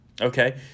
Okay